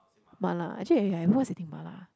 mala actually I I what's eating mala